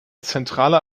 zentraler